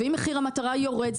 אם מחיר המטרה יורד,